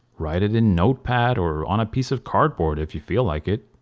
write it in notepad or on a piece of cardboard if you feel like it.